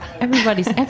Everybody's